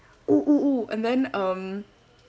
oo oo oo and then um